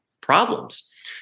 problems